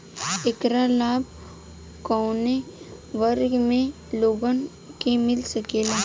ऐकर लाभ काउने वर्ग के लोगन के मिल सकेला?